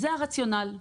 זה הרציונל.